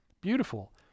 beautiful